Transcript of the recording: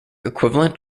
equivalent